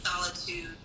solitude